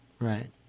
Right